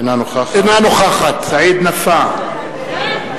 אינה נוכחת סעיד נפאע,